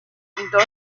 pintor